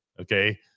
okay